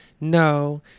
no